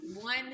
one